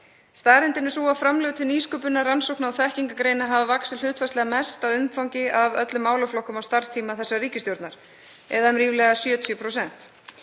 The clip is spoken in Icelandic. Staðreyndin er sú að framlög til nýsköpunar, rannsókna og þekkingargreina hafa vaxið hlutfallslega mest að umfangi af öllum málaflokkum á starfstíma þessarar ríkisstjórnar eða um ríflega 70%.